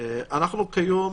כיום,